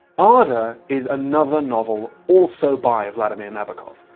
ah ada is another novel also by vladimir nabokov.